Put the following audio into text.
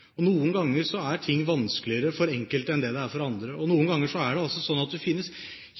sitt. Noen ganger er ting vanskeligere for enkelte enn det det er for andre. Noen ganger er det slik at det finnes